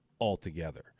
altogether